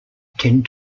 tend